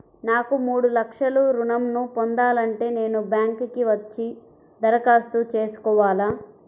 నాకు మూడు లక్షలు ఋణం ను పొందాలంటే నేను బ్యాంక్కి వచ్చి దరఖాస్తు చేసుకోవాలా?